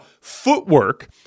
footwork